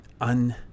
un